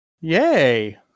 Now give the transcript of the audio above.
Yay